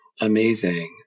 amazing